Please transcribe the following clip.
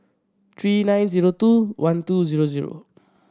three nine zero two one two zero zero